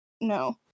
No